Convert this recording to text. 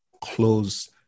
close